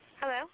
Hello